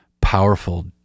powerful